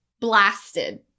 blasted